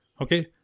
okay